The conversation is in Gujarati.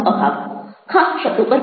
ખાસ શબ્દો પર ભાર